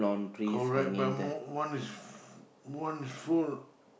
correct but more one is one is four